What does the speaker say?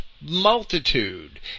multitude